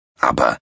Aber